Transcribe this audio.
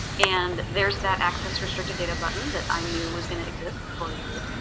and there's that access restricted data button that i knew was gonna exist before you did.